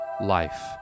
life